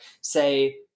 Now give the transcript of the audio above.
say